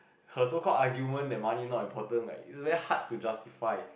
her so called argument that money not important like it's very hard to justify